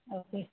okay